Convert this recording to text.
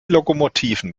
lokomotiven